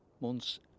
months